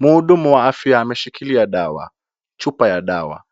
Mhudumu wa afya ameshikilia dawa, chupa ya dawa.